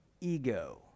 ego